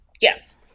Yes